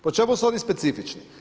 Po čemu su oni specifični.